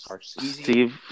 Steve